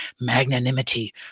magnanimity